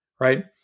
right